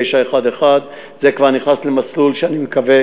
911. זה כבר נכנס למסלול שאני מקווה